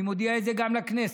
אני מודיע את זה גם לכנסת,